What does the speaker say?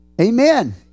Amen